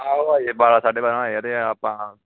ਆਹੋ ਹਜੇ ਬਾਰਾਂ ਸਾਢੇ ਬਾਰਾਂ ਹੋਏ ਆ ਅਤੇ ਆਪਾਂ